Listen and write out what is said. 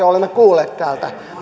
olemme kuulleet täällä